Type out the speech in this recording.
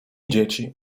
dzieci